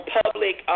public